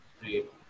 Great